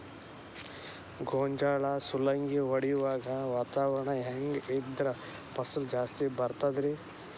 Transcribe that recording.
ಗೋಂಜಾಳ ಸುಲಂಗಿ ಹೊಡೆಯುವಾಗ ವಾತಾವರಣ ಹೆಂಗ್ ಇದ್ದರ ಫಸಲು ಜಾಸ್ತಿ ಬರತದ ರಿ?